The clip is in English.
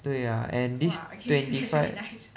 对 ah and this twenty five